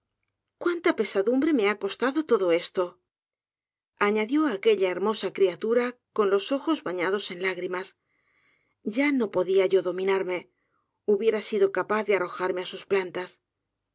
cuánta pesadumbre me ha costado todo esto u añadió aquella hermosa criatura con los ojos bañados en lágr i i mas ya no podia yo dominarme hubiera sidoeapazde arrojarme á sus plantas